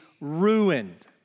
ruined